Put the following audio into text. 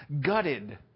gutted